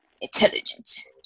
Intelligence